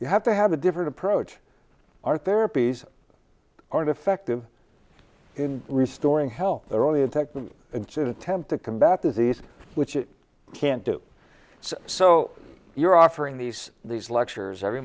you have to have a different approach are therapies aren't effective in restoring health they're only a tech to temp to combat disease which you can't do so you're offering these these lectures every